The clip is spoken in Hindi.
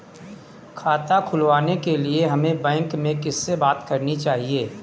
खाता खुलवाने के लिए हमें बैंक में किससे बात करनी चाहिए?